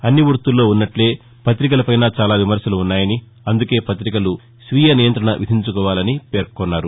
అన్ని వృత్తుల్లో ఉన్నట్లే పత్రికలపైనా చాలా విమర్శలు ఉన్నాయని అందుకే పత్రికలు స్వీయ నియంత్రణ విధించుకోవాలని పేర్కొన్నారు